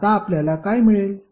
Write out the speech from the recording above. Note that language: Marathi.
आता आपल्याला काय मिळेल